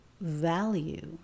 value